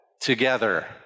together